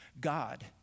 God